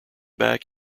back